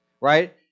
right